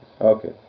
Okay